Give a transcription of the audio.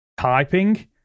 typing